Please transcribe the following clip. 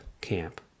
Camp